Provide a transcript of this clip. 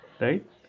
right